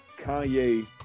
Kanye